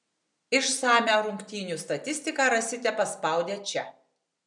išsamią rungtynių statistiką rasite paspaudę čia